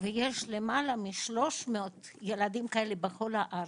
ויש למעלה מ-300 ילדים כאלה בכל הארץ,